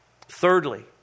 Thirdly